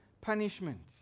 punishment